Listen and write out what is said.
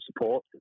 support